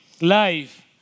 life